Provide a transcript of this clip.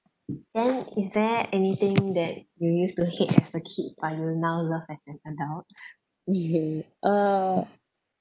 then is there anything that you used to hate as a kid but now love as an adult uh